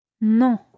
Non